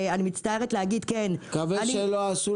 אני מצטערת להגיד -- אני מקווה שלא עשו